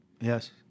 Yes